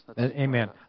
Amen